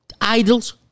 Idols